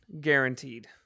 Guaranteed